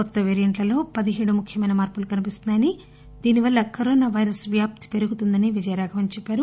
కొత్త పేరియంట్లలో పదిహేడు ముఖ్యమైన మార్పులు కనిపిస్తున్నాయని దీనివల్ల కరోనా పైరస్ వ్యాప్తి పెరుగుతుందని విజయరాఘవన్ చెప్పారు